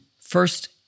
first